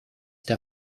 der